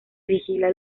vigila